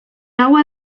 agua